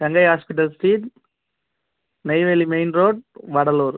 Ganga hospital street Neyveli main road Vadalur